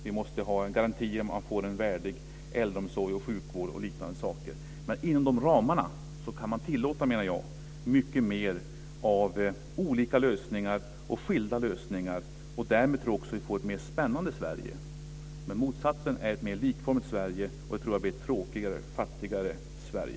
Vi måste ha en garanti för att man ska få en värdig äldreomsorg, sjukvård och liknande. Men inom de ramarna kan man tillåta mycket mer av olika lösningar, och därmed tror jag också att vi får ett mer spännande Sverige. Motsatsen är ett mer likformigt Sverige, och jag tror att det blir ett tråkigare och fattigare Sverige.